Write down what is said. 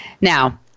Now